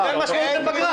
אין משמעות פגרה.